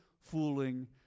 fooling